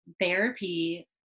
therapy